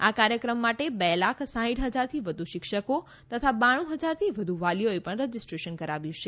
આ કાર્યક્રમ માટે બે લાખ સાંઈઠ હજારથી વધુ શિક્ષકો તથા બાણું હજારથી વધુ વાલીઓએ પણ રજીસ્ટ્રેશન કરાવ્યું છે